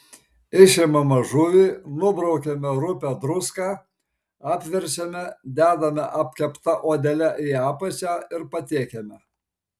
išimame žuvį nubraukiame rupią druską apverčiame dedame apkepta odele į apačią ir patiekiame